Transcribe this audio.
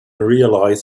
realize